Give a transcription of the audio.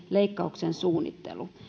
leikkauksen suunnittelu erittäin perusteellisesti